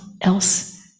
else